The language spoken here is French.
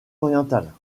orientale